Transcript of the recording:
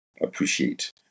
appreciate